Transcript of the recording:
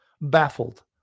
baffled